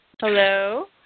Hello